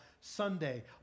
Sunday